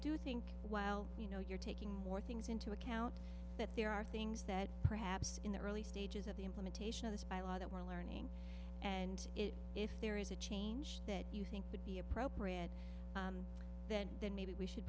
do think while you know you're taking more things into account that there are things that perhaps in the early stages of the implementation of this by law that we're learning and it if there is a change that you think would be appropriate then then maybe we should